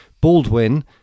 Baldwin